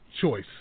Choice